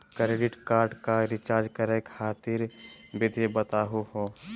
Credit card क recharge करै खातिर विधि बताहु हो?